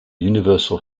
universal